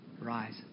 rise